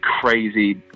crazy